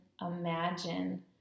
imagine